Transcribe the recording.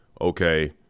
okay